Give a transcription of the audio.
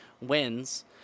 wins